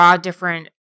different